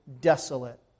desolate